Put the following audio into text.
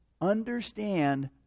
Understand